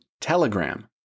Telegram